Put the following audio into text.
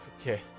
Okay